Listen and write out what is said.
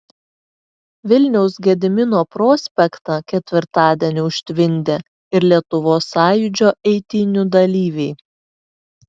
vilniaus gedimino prospektą ketvirtadienį užtvindė ir lietuvos sąjūdžio eitynių dalyviai